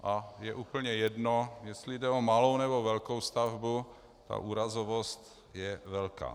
A je úplně jedno, jestli jde o malou, nebo velkou stavbu, ta úrazovost je velká.